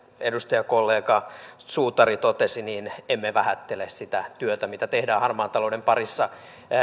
edustajakollega suutari totesi emme vähättele sitä työtä mitä tehdään harmaan talouden parissa